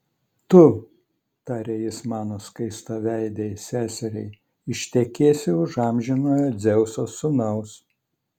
tu tarė jis mano skaistaveidei seseriai ištekėsi už amžinojo dzeuso sūnaus